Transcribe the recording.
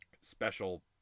special